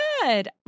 Good